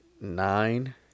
nine